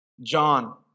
John